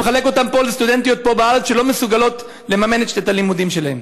הוא מחלק אותן לסטודנטיות פה בארץ שלא מסוגלות לממן את הלימודים שלהן.